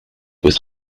with